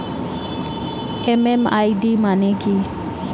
MMID মানে কি?